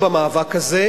בני-זוג מאותו מין),